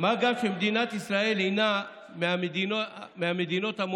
מה גם שמדינת ישראל הינה מהמדינות המובילות